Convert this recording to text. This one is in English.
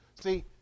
see